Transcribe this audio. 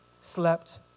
slept